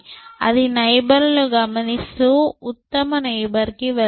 అది నైబర్లని గమనిస్తూ ఉత్తమ నైబర్ కి వెళుతుంది